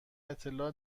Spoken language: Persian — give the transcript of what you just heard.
اطلاع